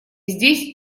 здесь